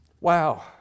Wow